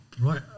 Right